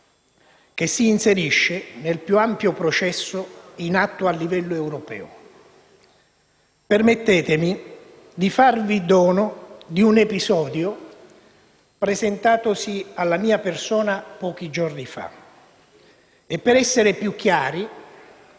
che si inserisce nel più ampio processo in atto a livello europeo. Permettetemi di farvi dono di un episodio presentatosi alla mia persona pochi giorni fa e, per essere più chiari,